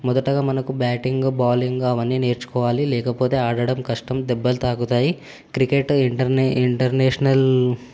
మొదటగా మనకు batting bowling అవన్నీ నేర్చుకోవాలి లేకపోతే ఆడడం కష్టం దెబ్బలు తాకుతాయి క్రికెట్ ఇంటర్ ఇంటర్నేషనల్